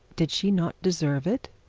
did she not deserve it?